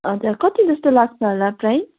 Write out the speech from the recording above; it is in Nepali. हजुर कति जस्तो लाग्छ होला प्राइस